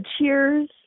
Cheers